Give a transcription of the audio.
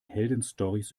heldenstorys